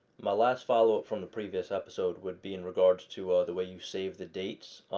my last follow-up from the previous episode would be in regards to the way you save the dates.